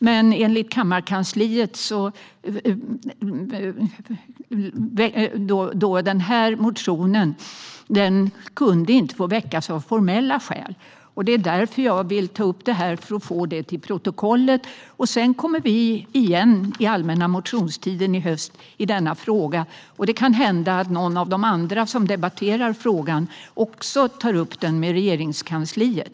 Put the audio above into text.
Men enligt Kammarkansliet kunde den motionen inte väckas av formella skäl. Jag tar därför upp det för att få med det i protokollet. Vi kommer igen i denna fråga under allmänna motionstiden i höst, och det kan hända att någon av de andra som debatterar frågan också tar upp den med Regeringskansliet.